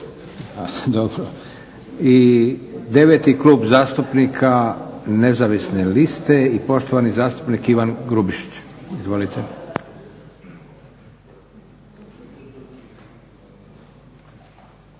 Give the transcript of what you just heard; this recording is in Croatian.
sekunde. I deveti Klub zastupnika nezavisne liste i poštovani zastupnik Ivan Grubišić. Izvolite.